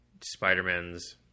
Spider-Man's